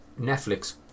Netflix